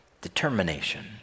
Determination